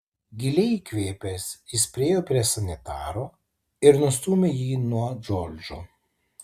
giliai įkvėpęs jis priėjo prie sanitaro ir nustūmė jį nuo džordžo